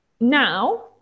now